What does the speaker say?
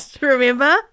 Remember